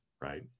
right